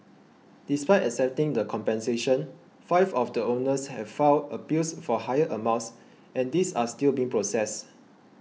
despite accepting the compensation five of the owners have filed appeals for higher amounts and these are still being processed